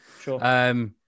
Sure